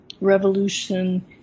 revolution